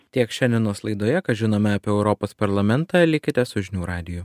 tiek šiandienos laidoje ką žinome apie europos parlamentą likite su žinių radiju